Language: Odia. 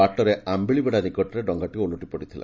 ବାଟରେ ଆମ୍ମିଳିବେଢ଼ା ନିକଟରେ ଡଙ୍ଗାଟି ଓଲଟି ପଡ଼ିଥିଲା